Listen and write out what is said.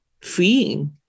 freeing